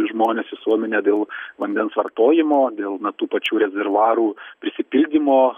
žmones visuomenę dėl vandens vartojimo dėl na tų pačių rezervuarų prisipildymo